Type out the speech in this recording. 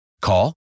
Call